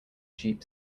jeep